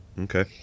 Okay